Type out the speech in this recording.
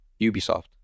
Ubisoft